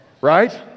right